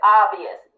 obvious